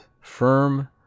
Firm